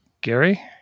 Gary